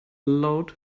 load